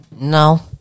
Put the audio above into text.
No